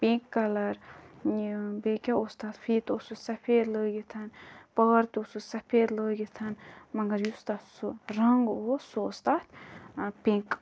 pink colour یہِ بیٚیہِ کیٛاہ اوس تَتھ فیٖتہٕ اوسُس سَفید لٲگِتھ پار تہِ اوسُس سَفید لٲگِتھ مگر یُس تَتھ سُہ رنٛگ اوس سُہ اوس تَتھ ٲں پِنٛک